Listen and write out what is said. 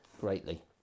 Greatly